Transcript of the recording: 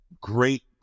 Great